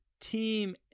team